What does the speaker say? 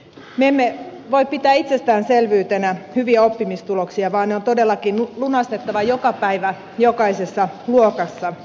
me emme voi pitää itsestäänselvyytenä hyviä oppimistuloksia vaan ne on todellakin lunastettava joka päivä jokaisessa luokassa